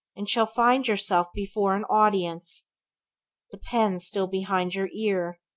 and shall find yourself before an audience the pen still behind your ear,